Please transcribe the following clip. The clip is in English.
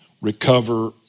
recover